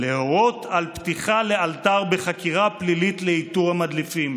"להורות על פתיחה לאלתר בחקירה פלילית לאיתור המדליפים".